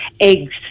eggs